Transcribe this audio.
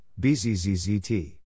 BZZZT